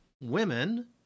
women